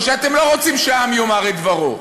או שאתם לא רוצים שהעם יאמר את דברו.